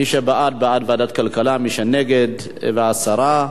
מי שבעד, בעד ועדת הכלכלה, ומי שנגד, להסרה.